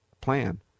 plan